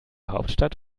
hauptstadt